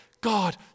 God